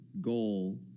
goal